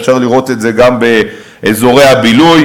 אפשר לראות את זה גם באזורי הבילוי.